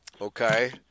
Okay